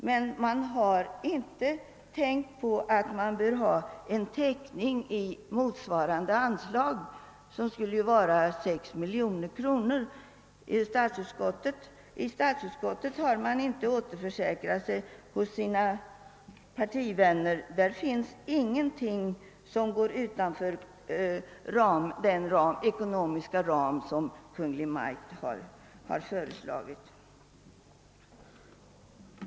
Reservanterna har emellertid inte tänkt på att det bör finnas en täckning i motsvarande anslag, som skulle vara 6 miljoner kronor. och man har inte återförsäkrat sig hos sina partivänner i statsutskottet. Därför finns inga medel utanför den ekonomiska ram som Kungl. Maj:t har föreslagit.